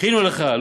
הכינו לךָ?